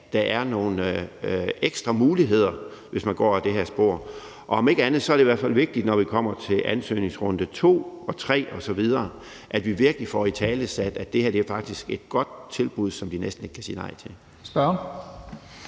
der er nogle ekstra muligheder, hvis man går ad det her spor. Og om ikke andet er det i hvert fald vigtigt, når vi kommer til ansøgningsrunde to og tre osv., at vi virkelig får italesat, at det her faktisk er et godt tilbud, som de næsten ikke kan sige nej til.